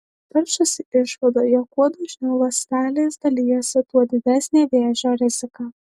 peršasi išvada jog kuo dažniau ląstelės dalijasi tuo didesnė vėžio rizika